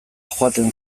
joaten